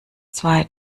zwei